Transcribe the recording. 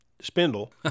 spindle